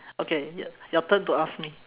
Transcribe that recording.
okay y~ your turn to ask me